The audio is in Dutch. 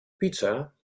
pizza